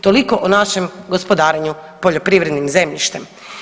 Toliko o našem gospodarenju poljoprivrednim zemljištem.